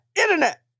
internet